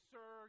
Sir